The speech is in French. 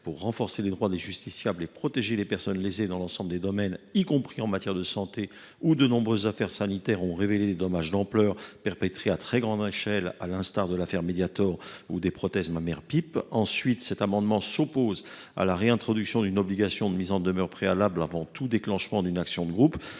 pour renforcer les droits des justiciables et protéger les personnes lésées dans l’ensemble des domaines, y compris dans celui de la santé, où de nombreuses affaires sanitaires ont révélé des dommages d’ampleur causés à très grande échelle, comme dans le cas du Mediator ou celui des prothèses mammaires PIP. Ensuite, nous sommes défavorables à la réintroduction d’une obligation de mise en demeure préalable avant tout déclenchement d’une action de groupe,